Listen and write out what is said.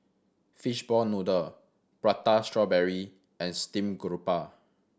fish ball noodle Prata Strawberry and steamed garoupa